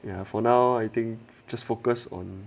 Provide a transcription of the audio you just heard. ya for now I think just focus on